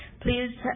Please